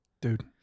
Dude